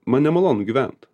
man nemalonu gyvent